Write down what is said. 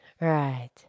Right